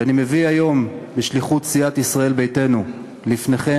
שאני מביא היום בשליחות סיעת ישראל ביתנו לפניכם,